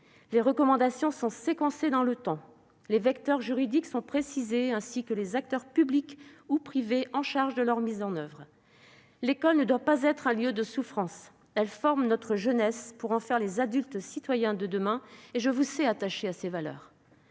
les recommandations séquencées dans le temps, les vecteurs juridiques précisés, ainsi que les acteurs publics ou privés en charge de leur mise en oeuvre. L'école ne doit pas être un lieu de souffrance. Elle forme notre jeunesse pour en faire les adultes-citoyens de demain, et je vous sais attachée à ces valeurs.